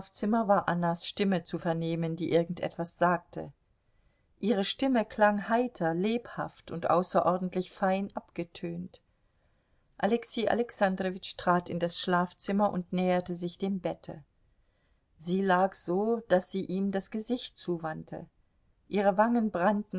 schlafzimmer war annas stimme zu vernehmen die irgend etwas sagte ihre stimme klang heiter lebhaft und außerordentlich fein abgetönt alexei alexandrowitsch trat in das schlafzimmer und näherte sich dem bette sie lag so daß sie ihm das gesicht zuwandte ihre wangen brannten